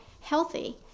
healthy